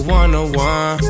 one-on-one